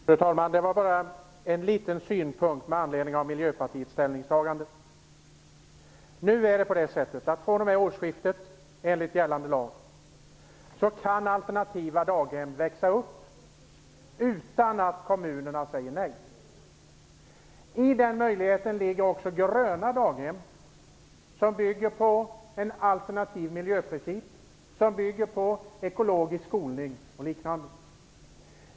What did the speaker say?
Fru talman! Bara en liten synpunkt med anledning av Miljöpartiets ställningstagande. fr.o.m. årsskiftet kan enligt gällande lag alternativa daghem växa upp utan att kommunerna säger nej. I den möjligheten ligger också gröna daghem, som bygger på en alternativ miljöprincip, ekologisk skolning o.d.